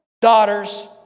daughters